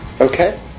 Okay